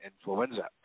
influenza